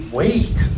wait